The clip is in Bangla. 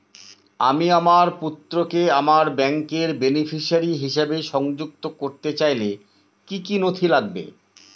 আমি আমার পুত্রকে আমার ব্যাংকের বেনিফিসিয়ারি হিসেবে সংযুক্ত করতে চাইলে কি কী নথি লাগবে?